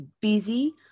busy